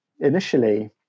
initially